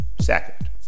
Second